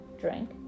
drink